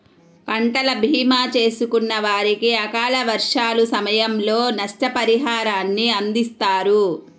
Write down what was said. పంటల భీమా చేసుకున్న వారికి అకాల వర్షాల సమయంలో నష్టపరిహారాన్ని అందిస్తారు